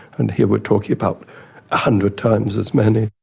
and here we're talking about a hundred times as many.